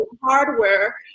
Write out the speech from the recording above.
hardware